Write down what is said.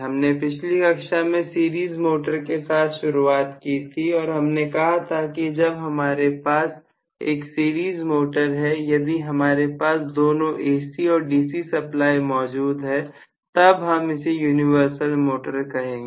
हमने पिछली कक्षा में सीरीज मोटर के साथ शुरुआत की थी और हमने कहा था कि जब हमारे पास एक सीरीज मोटर है यदि हमारे पास दोनों AC और DC सप्लाई मौजूद है तब हम इसे यूनिवर्सल मोटर कहेंगे